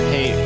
Hey